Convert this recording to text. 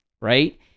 right